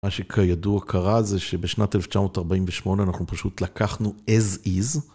מה שכידוע קרה זה שבשנת 1948 אנחנו פשוט לקחנו אז איז.